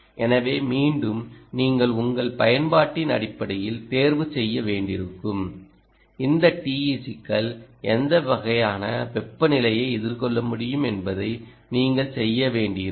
எனவே மீண்டும் நீங்கள் உங்கள் பயன்பாட்டின் அடிப்படையில் தேர்வு செய்ய வேண்டியிருக்கும் இந்த TEG க்கள் எந்த வகையான வெப்பநிலையை எதிர்கொள்ள முடியும் என்பதை நீங்கள் தேர்வு செய்ய வேண்டியிருக்கும்